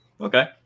okay